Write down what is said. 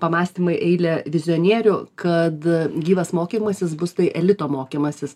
pamąstymai eilė vizionierių kad gyvas mokymąsis bus tai elito mokymąsis